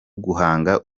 guhanga